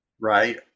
right